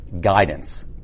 guidance